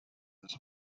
this